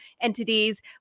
entities